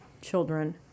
children